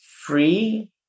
free